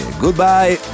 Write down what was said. Goodbye